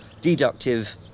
deductive